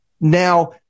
now